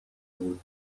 بود